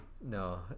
No